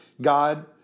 God